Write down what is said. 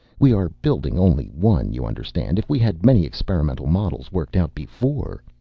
we are building only one, you understand. if we had many experimental models worked out before